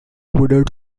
woodard